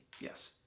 Yes